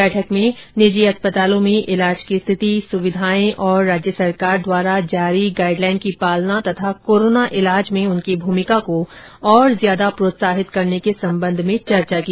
बैठक में निजी अस्पतालों में इलाज की स्थिति सुविधाएं और राज्य सरकार द्वारा जारी गाइड लाइन की पालना तथा कोरोना इलाज में उनकी भूमिका को और ज्यादा प्रोत्साहित करने के संबंध में चर्चा की जाएगी